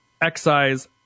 excise